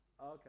Okay